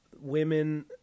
women